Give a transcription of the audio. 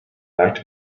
back